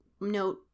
note